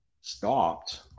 stopped